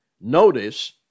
Notice